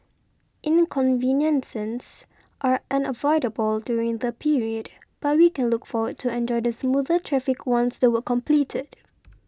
inconveniences are unavoidable during the period but we can look forward to enjoy the smoother traffic once the work completed